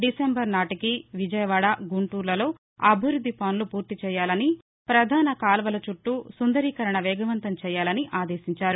December నాటికి విజయవాడ గుంటూరులో అభివృద్ది పనులు పూర్తి చేయాలని ప్రధాన కాలువల చుట్టూ సుందరీకరణ వేగవంతం చేయాలని ఆదేశించారు